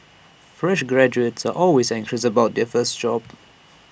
fresh graduates are always anxious about their first job